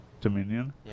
Dominion